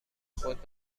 خود